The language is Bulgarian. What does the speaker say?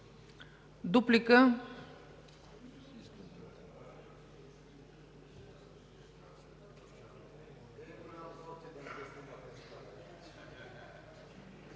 Дуплика.